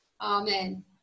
Amen